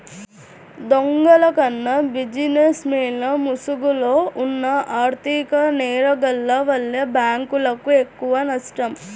దొంగల కన్నా బిజినెస్ మెన్ల ముసుగులో ఉన్న ఆర్ధిక నేరగాల్ల వల్లే బ్యేంకులకు ఎక్కువనష్టం